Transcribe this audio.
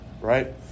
right